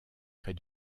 près